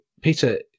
Peter